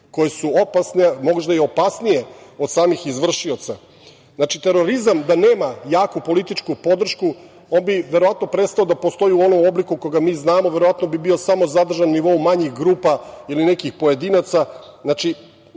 koje su opasne, možda i opasnije od samih izvršioca. Znači, terorizam da nema jaku političku podršku on bi verovatno prestao da postoji u onom obliku koga mi znamo, verovatno bi bio samo zadržan na nivou manjih grupa ili nekih pojedinaca.